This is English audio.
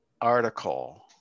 article